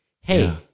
hey